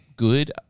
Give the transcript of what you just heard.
Good